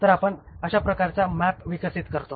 तर आपण अशा प्रकारचा मॅप विकसित करतो